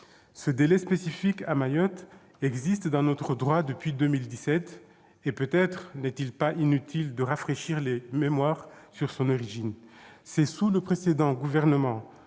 Ce délai spécifique à Mayotte existe dans notre droit depuis 2017, et peut-être n'est-il pas inutile de rafraîchir les mémoires sur son origine. C'est sous le précédent gouvernement